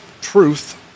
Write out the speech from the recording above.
Truth